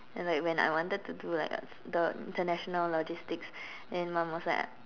and like when I wanted to do like the international logistics then mum was like